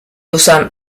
usan